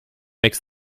makes